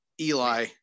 eli